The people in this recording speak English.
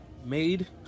Made